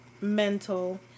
mental